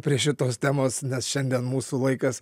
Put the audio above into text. prie šitos temos nes šiandien mūsų laikas